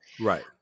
Right